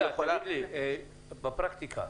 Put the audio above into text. בפרקטיקה,